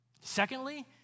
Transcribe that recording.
Secondly